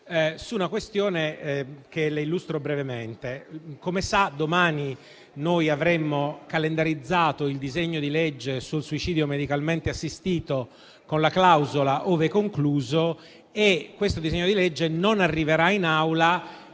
su una questione che le illustro brevemente. Come sa, domani noi avremmo calendarizzato il disegno di legge sul suicidio medicalmente assistito con la clausola «ove concluso», ma il citato provvedimento non arriverà in Aula,